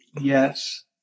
yes